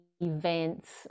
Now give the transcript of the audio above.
events